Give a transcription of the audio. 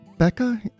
Becca